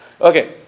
Okay